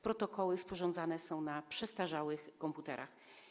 Protokoły sporządzane są na przestarzałych komputerach.